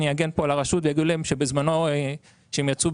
אני אגן פה על הרשות ואגיד שבזמנו שהם יצאו